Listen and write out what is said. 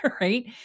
right